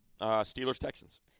Steelers-Texans